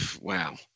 Wow